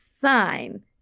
sign